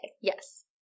Yes